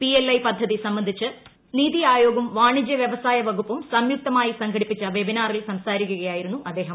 PLI പദ്ധതി സംബന്ധിച്ച് നിതി ആയോഗും വാണിജൃ വൃവസായ വകുപ്പും സംയുക്തമായി സംഘടിപ്പിച്ച വെബിനാറിൽ സംസാരിക്കുകയായിരുന്നു അദ്ദേഹം